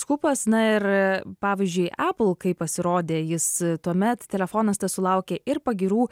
skupas na ir pavyzdžiui apple kai pasirodė jis tuomet telefonas tas sulaukė ir pagyrų